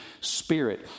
Spirit